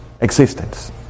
existence